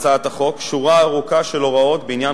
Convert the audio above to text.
הצעת החוק שורה ארוכה של הוראות בעניין